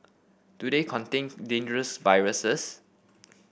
do they contain dangerous viruses